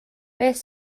beth